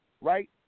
right